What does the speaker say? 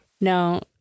no